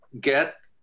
get